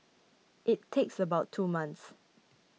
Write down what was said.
it takes about two months